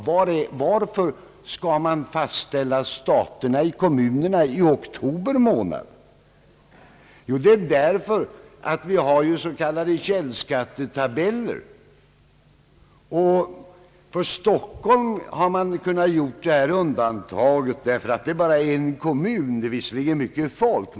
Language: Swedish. Varför skall man fastställa staten i kommunerna i oktober månad? Det är därför att vi har s.k. källskattetabeller. För Stockholm har man kunnat göra undantag, ty det gäller bara en kommun även om där finns mycket folk.